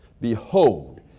Behold